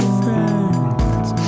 friends